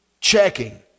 checking